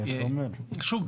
שוב,